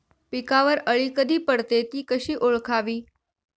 पिकावर अळी कधी पडते, ति कशी ओळखावी?